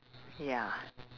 ya